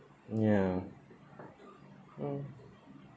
ya mm